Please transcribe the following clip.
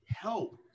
help